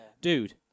dude